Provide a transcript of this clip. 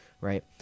right